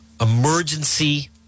Emergency